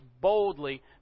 boldly